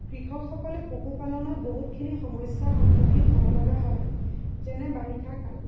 কৃষকসকলে পশুপালনত বহুতখিনি সমস্যা সন্মুখীন হ'ব লগা হয় যেনে বাৰিষা কাল